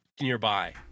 nearby